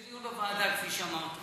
יש דיון בוועדה, כפי שאמרת.